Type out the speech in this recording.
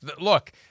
look